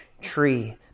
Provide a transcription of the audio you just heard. tree